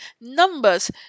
Numbers